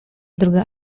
droga